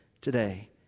today